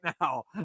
now